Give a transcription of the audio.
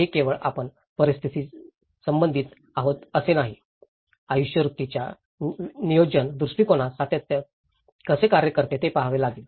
हे केवळ आपण परिस्थितीशीच संबंधित आहोत असे नाही आयुष्यवृत्तीच्या नियोजन दृष्टिकोनात सातत्य कसे कार्य करते ते पहावे लागेल